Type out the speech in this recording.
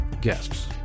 guests